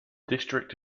district